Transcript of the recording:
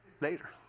later